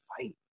fight